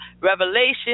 revelation